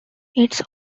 its